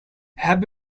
have